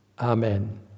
Amen